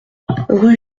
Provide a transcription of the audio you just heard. rue